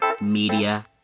media